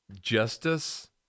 justice